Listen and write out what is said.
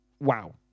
wow